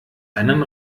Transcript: einen